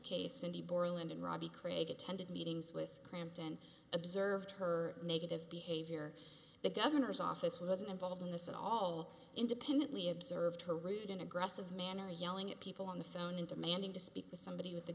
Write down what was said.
case and he borland and robbie craig attended meetings with clamped and observed her negative behavior the governor's office wasn't involved in this at all independently observed her lived an aggressive manner yelling at people on the phone and demanding to speak to somebody with the